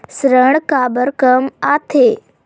ऋण काबर कम आथे?